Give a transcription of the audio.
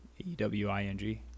e-w-i-n-g